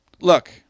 Look